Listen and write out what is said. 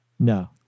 No